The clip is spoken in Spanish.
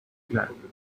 claro